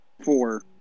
four